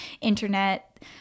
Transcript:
internet